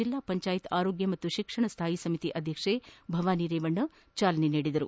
ಜೆಲ್ಲಾ ಪಂಚಾಯತ್ನ ಆರೋಗ್ಯ ಮತ್ತು ಶಿಕ್ಷಣ ಸ್ಥಾಯಿ ಸಮಿತಿ ಅಧ್ಯಕ್ಷೆ ಭವಾನಿ ರೇವಣ್ಣ ಚಾಲನೆ ನೀಡಿದರು